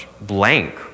blank